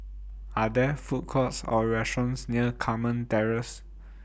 Are There Food Courts Or restaurants near Carmen Terrace